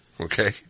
Okay